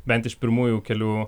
bent iš pirmųjų kelių